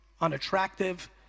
unattractive